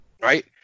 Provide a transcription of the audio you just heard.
right